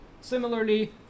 Similarly